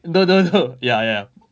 no no no ya ya